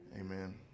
Amen